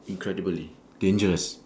incredibly dangerous